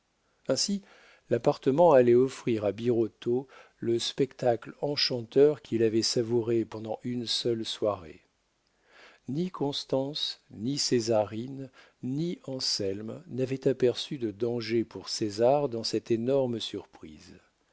ainsi l'appartement allait offrir à birotteau le spectacle enchanteur qu'il avait savouré pendant une seule soirée ni constance ni césarine ni anselme n'avaient aperçu de danger pour césar dans cette énorme